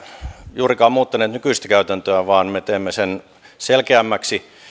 juurikaan muuttaneet nykyistä käytäntöä vaan me teemme sen selkeämmäksi